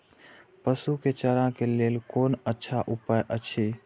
पशु के चारा के लेल कोन अच्छा उपाय अछि?